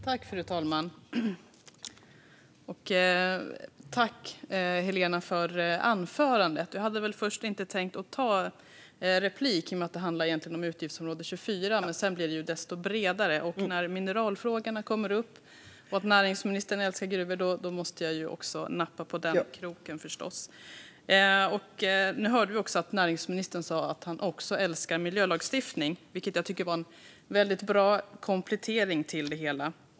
Fru talman! Tack för anförandet, Helena! Jag hade först inte tänkt begära replik i och med att det egentligen handlade om utgiftsområde 24. Men sedan blev det ju desto bredare, och när mineralfrågorna kom upp och det sas att näringsministern älskar gruvor måste jag förstås nappa på den kroken. Nu hörde vi dessutom att näringsministern sagt att han också älskar miljölagstiftning, vilket jag tycker var en väldigt bra komplettering till det hela.